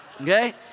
Okay